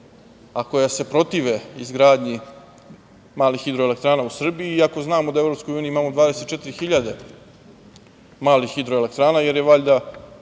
a koja se protive izgradnji malih hidroelektrana u Srbiji, iako znamo da u Evropskoj uniji imamo 24.000 malih hidroelektrana, jer je valjda